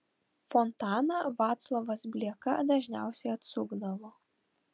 fontaną vaclovas blieka dažniausiai atsukdavo